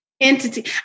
entity